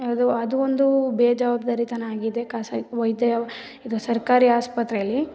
ಯಾವುದು ಅದು ಒಂದು ಬೇಜವಾಬ್ದಾರಿತನ ಆಗಿದೆ ಖಾಸಗಿ ವೈದ್ಯ ಇದು ಸರ್ಕಾರಿ ಆಸ್ಪತ್ರೆಯಲ್ಲಿ